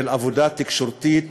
של עבודה תקשורתית